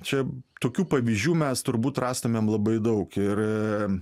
čia tokių pavyzdžių mes turbūt rastumėm labai daug ir a